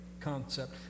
concept